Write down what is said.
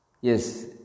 Yes